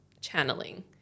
channeling